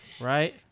Right